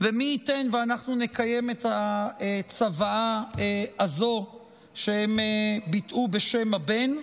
מי ייתן שאנחנו נקיים את הצוואה הזו שהם ביטאו בשם הבן.